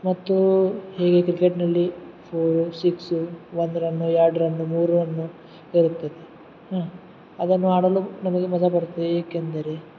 ಮತ್ತು ಹೀಗೆ ಕ್ರಿಕೆಟ್ನಲ್ಲಿ ಫೋರು ಸಿಕ್ಸು ಒಂದು ರನ್ನು ಎರಡು ರನ್ನು ಮೂರು ರನ್ನು ಇರುತ್ತದೆ ಅದನ್ನು ಆಡಲು ನಮಗೆ ಮಜಾ ಬರುತ್ತೆ ಏಕೆಂದರೆ